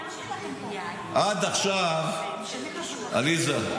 עד עכשיו עליזה,